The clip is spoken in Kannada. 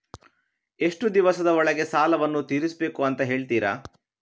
ಎಷ್ಟು ದಿವಸದ ಒಳಗೆ ಸಾಲವನ್ನು ತೀರಿಸ್ಬೇಕು ಅಂತ ಹೇಳ್ತಿರಾ?